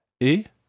et